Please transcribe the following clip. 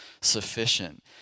sufficient